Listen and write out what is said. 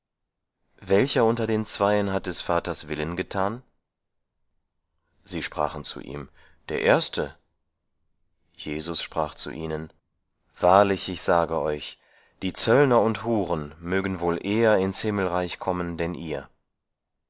welcher unter den zweien hat des vaters willen getan sie sprachen zu ihm der erste jesus sprach zu ihnen wahrlich ich sage euch die zöllner und huren mögen wohl eher ins himmelreich kommen denn ihr